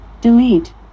delete